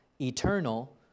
eternal